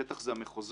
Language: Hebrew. השטח זה המחוזות,